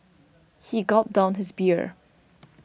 he gulped down his beer